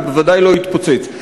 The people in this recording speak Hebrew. ובוודאי לא יתפוצץ.